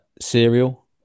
Cereal